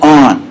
on